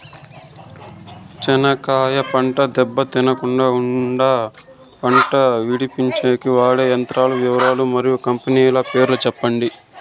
చెనక్కాయ పంట దెబ్బ తినకుండా కుండా పంట విడిపించేకి వాడే యంత్రాల వివరాలు మరియు కంపెనీల పేర్లు చెప్పండి?